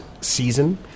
season